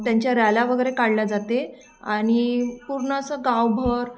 त्यांच्या रॅल्या वगैरे काढल्या जाते आणि पूर्ण असं गावभर